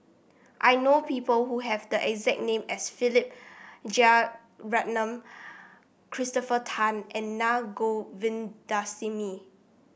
I know people who have the exact name as Philip Jeyaretnam Christopher Tan and Naa Govindasamy